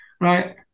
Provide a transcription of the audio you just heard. right